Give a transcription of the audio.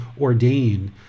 ordained